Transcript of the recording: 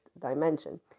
dimension